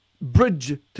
bridge